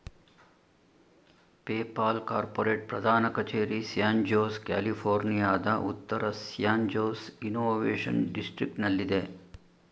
PayPal corporate ಪ್ರಧಾನ ಕಚೇರಿ San, ಕ್ಯಾಲಿಫೋರ್ನಿಯಾದ ಉತ್ತರ ಸ್ಯಾನ್ ಜೋಸ್ ಇನ್ನೋವೇಶನ್ ಡಿಸ್ಟ್ರಿಕ್ಟನಲ್ಲಿದೆ